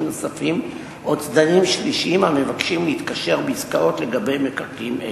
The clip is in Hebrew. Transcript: נוספים או צדדים שלישיים המבקשים להתקשר בעסקאות לגבי מקרקעין אלו,